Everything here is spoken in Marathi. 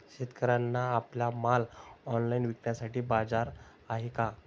शेतकऱ्यांना आपला माल ऑनलाइन विकण्यासाठी बाजार आहे का?